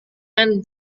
yang